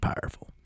powerful